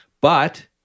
but-